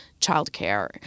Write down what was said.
childcare